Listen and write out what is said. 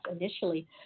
initially